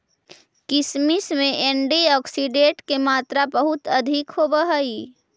किशमिश में एंटीऑक्सीडेंट के मात्रा बहुत अधिक होवऽ हइ